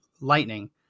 lightning